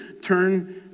Turn